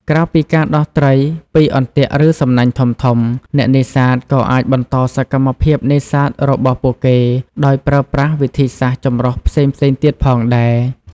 ក្រៅពីការដោះត្រីពីអន្ទាក់ឬសំណាញ់ធំៗ អ្នកនេសាទក៏អាចបន្តសកម្មភាពនេសាទរបស់ពួកគេដោយប្រើប្រាស់វិធីសាស្ត្រចម្រុះផ្សេងៗទៀតផងដែរ។